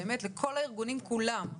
באמת לכל הארגונים כולם,